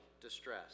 distress